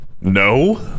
no